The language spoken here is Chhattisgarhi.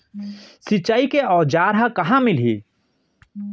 सिंचाई के औज़ार हा कहाँ मिलही?